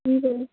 हुन्छ हुन्छ